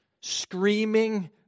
screaming